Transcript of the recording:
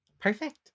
Perfect